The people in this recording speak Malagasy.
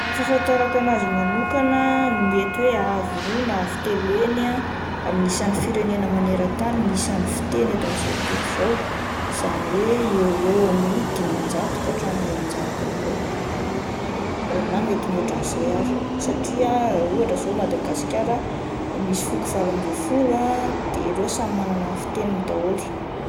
Raha ny fahafantarako azy manokana mety hoe avo roa na avo telo heny ah amin'ny isan'ny firenena maneran-tany ny isan'ny fiteny eto amin'izao tontolo izao izany hoe eo eo amin'ny dimanjato ka hatramin'ny eninjato eo eo na mety mihoatra an'izay ary satria ohatra zao Madagasikara misy foko valo ambin'ny volo ah de reo samy manana ny fiteniny daholo.